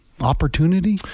opportunity